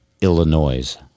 Illinois